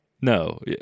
No